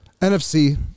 NFC